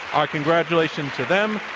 our congratulations to them.